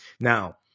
Now